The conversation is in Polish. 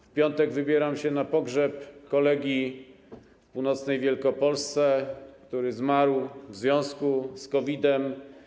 W piątek wybieram się na pogrzeb kolegi w północnej Wielkopolsce, który zmarł w związku COVID-em.